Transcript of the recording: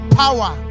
power